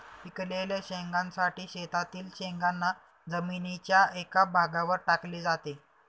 पिकलेल्या शेंगांसाठी शेतातील शेंगांना जमिनीच्या एका भागावर टाकले जाते